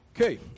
Okay